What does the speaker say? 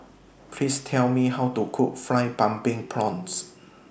Please Tell Me How to Cook Fried Pumpkin Prawns